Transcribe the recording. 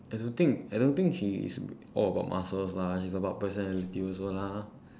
I don't think I don't think she is all about muscles lah she's about personality also lah